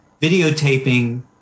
videotaping